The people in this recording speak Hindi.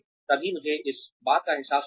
तभी मुझे इस बात का एहसास होगा